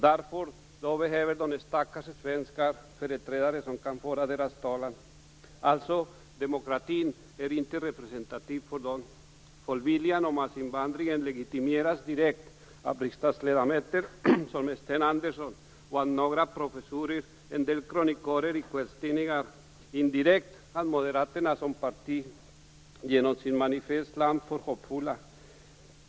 Därför behöver svenskarna starka svenska företrädare som kan föra deras talan. Demokratin är alltså inte representativ. Folkviljan och massinvandringen legitimeras direkt av riksdagsledamöter, t.ex. Sten Andersson, av några professorer, av en del krönikörer i kvällstidningar och, indirekt, av Moderaterna som parti genom deras manifest Land för hoppfulla.